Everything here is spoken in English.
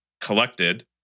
collected